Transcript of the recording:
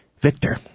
Victor